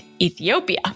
Ethiopia